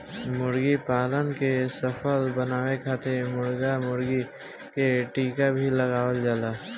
मुर्गीपालन के सफल बनावे खातिर मुर्गा मुर्गी के टीका भी लगावल जाला